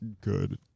good